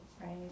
Right